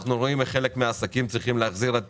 אנחנו רואים איך חלק מן העסקים צריכים להחזיר את